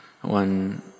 One